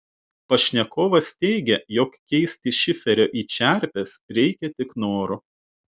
pašnekovas teigia jog keisti šiferio į čerpes reikia tik noro